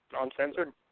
Uncensored